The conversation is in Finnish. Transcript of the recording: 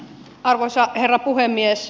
arvoisa herra puhemies